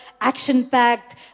action-packed